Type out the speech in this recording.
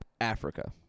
Africa